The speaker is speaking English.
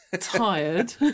Tired